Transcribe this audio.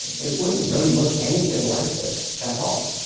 it wouldn't really look anything like this at all.